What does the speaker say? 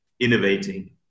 innovating